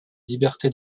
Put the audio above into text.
liberté